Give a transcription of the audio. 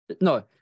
No